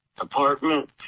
apartment